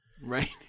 Right